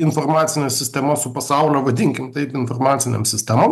informacines sistemas su pasaulio vadinkim taip informacinėm sistemom